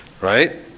right